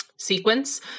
sequence